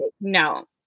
no